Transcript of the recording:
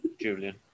Julian